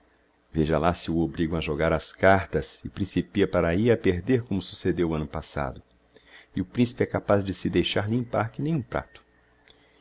veja lá se o obrigam a jogar as cartas e principia para ahi a perder como succedeu o anno passado e o principe é capaz de se deixar limpar que nem um prato